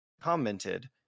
commented